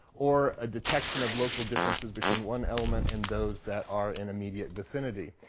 or a detection of local differences between one element and those that are in immediate vicinity.